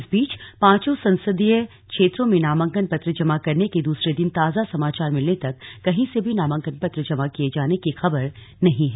इस बीच पांचों संसदीय क्षेत्रों में नामांकन पत्र जमा करने के दूसरे दिन ताजा समाचार मिलने तक कहीं से भी नामांकन पत्र जमा किये जाने की खबर नहीं है